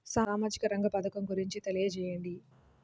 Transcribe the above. సామాజిక రంగ పథకం గురించి తెలియచేయండి?